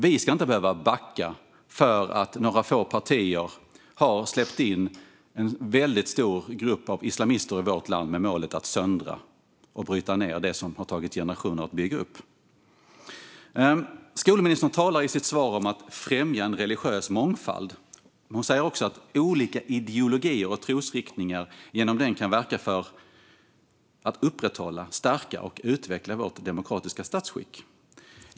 Vi ska inte behöva backa för att några få partier har släppt in en väldigt stor grupp av islamister i vårt land med målet att söndra och bryta ned det som har tagit generationer att bygga upp. Skolministern talar i sitt svar om att främja en religiös mångfald. Hon säger också att olika ideologier och trosriktningar genom den kan verka för att upprätthålla, stärka och utveckla vårt demokratiska statsskick.